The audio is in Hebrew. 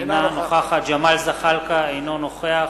אינה נוכחת ג'מאל זחאלקה, אינו נוכח